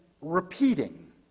repeating